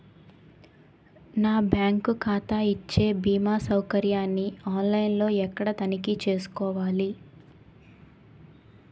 నా బ్యాంకు ఖాతా ఇచ్చే భీమా సౌకర్యాన్ని ఆన్ లైన్ లో ఎక్కడ తనిఖీ చేసుకోవాలి?